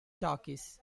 talkies